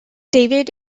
david